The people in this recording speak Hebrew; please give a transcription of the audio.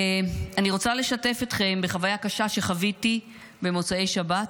אני רוצה לשתף בחוויה קשה שחוויתי במוצאי שבת,